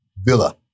Villa